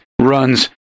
runs